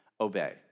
obey